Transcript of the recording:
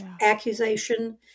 accusation